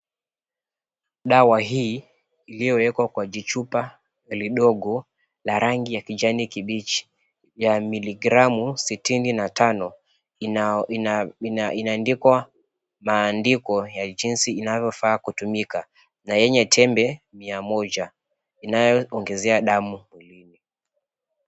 Dawa hii iliowekwa kwa jichupa lidogo la rangi ya kijani kibichi ya miligramu 65 inaandikwa maandiko ya jinsi inavyofaa kutumika na yenye tembe 100 inayoongezea damu mwilini.